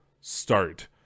start